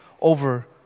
over